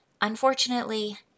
Unfortunately